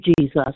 Jesus